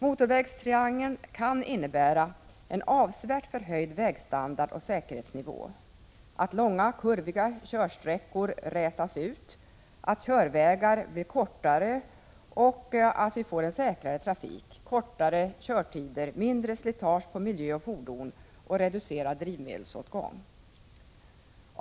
Motorvägstriangeln kan innebära avsevärt förhöjd vägstandard och säkerhetsnivå, att långa kurviga körsträckor rätas ut, att körvägar blir kortare och att vi får säkrare trafik, kortare körtider, mindre slitage på miljö och fordon och reducerad drivmedelsåtgång.